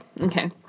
okay